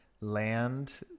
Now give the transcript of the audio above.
land